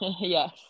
Yes